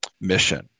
mission